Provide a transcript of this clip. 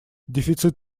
дефицит